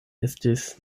estis